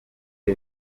luc